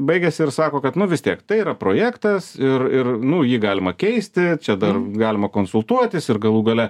baigiasi ir sako kad nu vis tiek tai yra projektas ir ir nu jį galima keisti čia dar galima konsultuotis ir galų gale